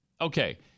Okay